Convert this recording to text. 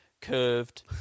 curved